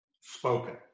spoken